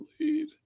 lead